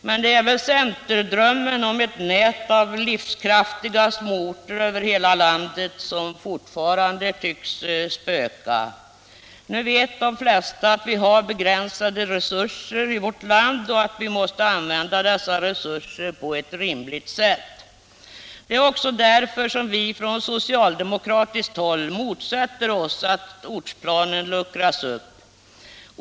Men det är väl centerdrömmen om ett nät av livskraftiga småorter över hela landet som fortfarande spökar. Nu vet de flesta att vi har begränsade resurser i vårt land och att vi måste använda dessa resurser på ett rimligt sätt. Det är också därför som vi från socialdemokratiskt håll motsätter oss att ortsplanen luckras upp.